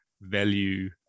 value